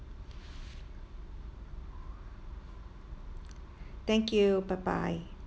thank you bye bye